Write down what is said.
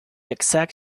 exact